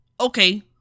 Okay